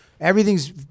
Everything's